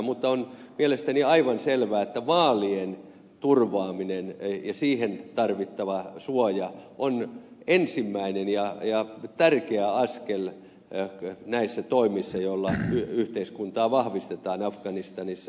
mutta on mielestäni aivan selvää että vaalien turvaaminen ja siihen tarvittava suoja on ensimmäinen ja tärkeä askel näissä toimissa joilla yhteiskuntaa vahvistetaan afganistanissa